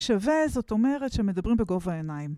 שווה זאת אומרת שמדברים בגובה עיניים.